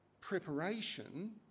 preparation